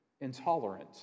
intolerant